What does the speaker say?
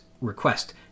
request